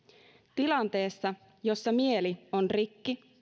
tilanteessa jossa mieli on rikki